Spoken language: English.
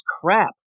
crap